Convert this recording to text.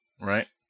right